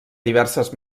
diverses